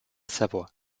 savoie